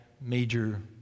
major